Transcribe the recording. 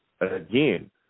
Again